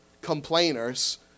complainers